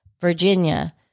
Virginia